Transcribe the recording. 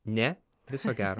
ne viso gero